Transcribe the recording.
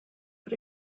but